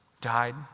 died